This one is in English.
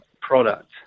product